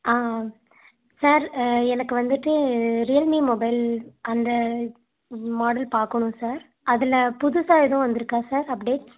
ஆ sir எனக்கு வந்துவிட்டு Realme mobile அந்த மாடல் பார்க்கணும் சார் அதில் புதுசாக எதுவும் வந்துருக்கா சார் அப்டேட்ஸ்